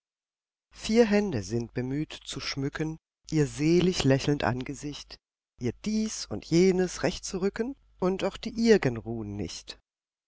vier hände sind bemüht zu schmücken ihr selig lächelnd angesicht ihr dies und jenes recht zu rücken und auch die ihr'gen ruhen nicht